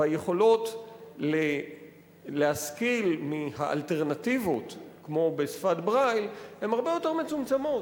והיכולות להשכיל מהאלטרנטיבות כמו שפת ברייל הן הרבה יותר מצומצמות,